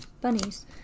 Bunnies